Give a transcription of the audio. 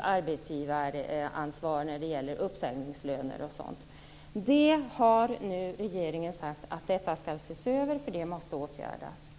arbetsgivaransvar när det gäller uppsägningslöner och sådant. Nu har regeringen sagt att detta skall ses över, för det måste åtgärdas.